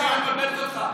כנראה היא מבלבלת אותך,